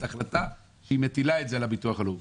החלטה שהיא מטילה את זה על הביטוח הלאומי.